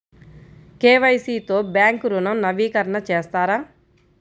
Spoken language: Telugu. కే.వై.సి తో బ్యాంక్ ఋణం నవీకరణ చేస్తారా?